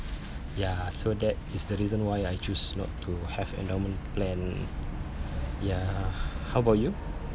ya so that is the reason why I choose not to have endowment plan ya how about you